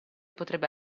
potrebbe